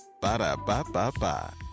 Ba-da-ba-ba-ba